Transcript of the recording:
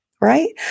right